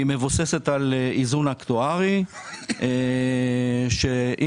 קרן הפנסיה הזאת מבוססת על איזון אקטוארי כך שאם